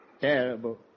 terrible